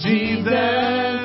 Jesus